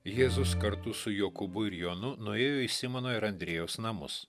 jėzus kartu su jokūbu ir jonu nuėjo į simono ir andriejaus namus